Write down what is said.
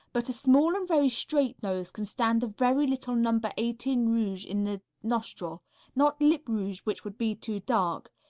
but a small and very straight nose can stand a very little number eighteen rouge in the nostril not lip rouge, which would be too dark.